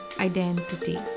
identity